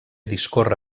discorre